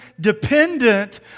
dependent